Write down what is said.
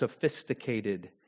sophisticated